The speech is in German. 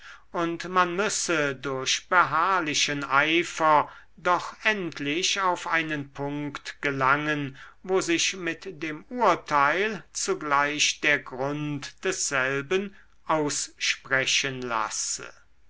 und man müsse durch beharrlichen eifer doch endlich auf einen punkt gelangen wo sich mit dem urteil zugleich der grund desselben aussprechen lasse